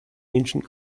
ancient